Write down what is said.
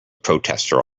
protester